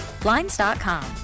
Blinds.com